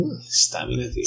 Stamina